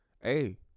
Hey